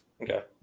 Okay